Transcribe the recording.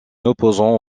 opposant